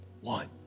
one